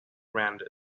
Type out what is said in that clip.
around